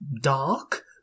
dark